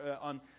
on